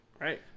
right